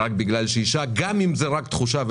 גם אם מדובר רק בתחושה.